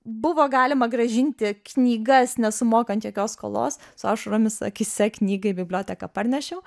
buvo galima grąžinti knygas nesumokant jokios skolos su ašaromis akyse knygą į biblioteką parnešiau